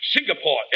Singapore